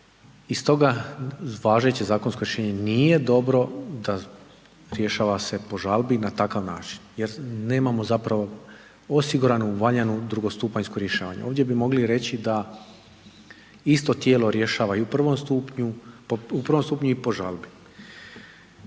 i stoga važeće zakonsko rješenje nije dobro da se rješava po žalbi na takav način jer nemamo zapravo osigurano valjano drugostupanjsko rješavanje. Ovdje bi mogli reći da isto tijelo rješava i u prvom stupnju i po žalbi.